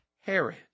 Herod